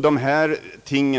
Detta